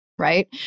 right